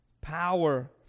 power